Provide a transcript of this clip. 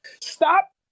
Stop